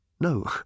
No